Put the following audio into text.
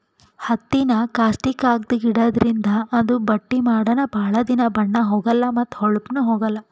ಹತ್ತಿನಾ ಕಾಸ್ಟಿಕ್ದಾಗ್ ಇಡಾದ್ರಿಂದ ಅದು ಬಟ್ಟಿ ಮಾಡನ ಭಾಳ್ ದಿನಾ ಬಣ್ಣಾ ಹೋಗಲಾ ಮತ್ತ್ ಹೋಳಪ್ನು ಹೋಗಲ್